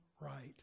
right